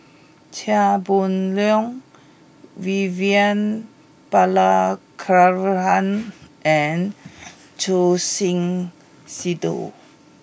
Chia Boon Leong Vivian Balakrishnan and Choor Singh Sidhu